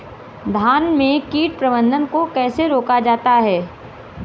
धान में कीट प्रबंधन को कैसे रोका जाता है?